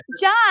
John